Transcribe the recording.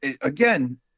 again